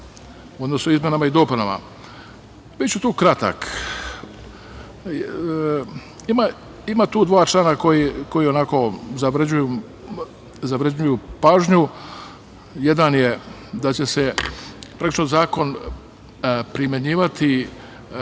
odnosno izmenama i dopunama, biću tu kratak. Ima tu dva člana koji zavređuju pažnju. Jedan je da će se praktično zakon primenjivati